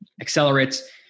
accelerates